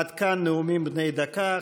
עד כאן נאומים בני דקה.